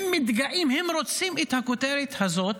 הם מתגאים, הם רוצים את הכותרת הזאת,